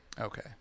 Okay